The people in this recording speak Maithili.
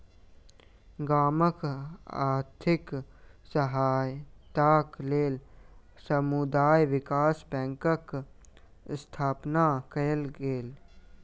गामक आर्थिक सहायताक लेल समुदाय विकास बैंकक स्थापना कयल गेल